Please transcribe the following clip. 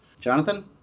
Jonathan